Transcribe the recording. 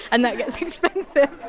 and that expensive